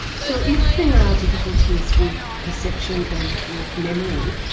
so if there are difficulties with deception and with memory,